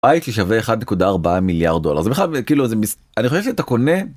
איך לשווה 1.4 מיליארד דולר זה בכלל כאילו זה אני חושב שאתה קונה.